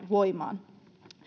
voimaan